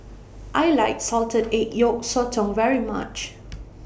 I like Salted Egg Yolk Sotong very much